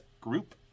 group